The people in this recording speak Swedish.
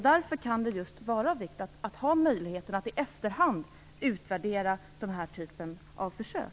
Därför kan det vara av vikt att just ha möjlighet att i efterhand utvärdera den här typen av försök.